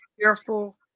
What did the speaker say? careful